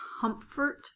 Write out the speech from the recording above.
comfort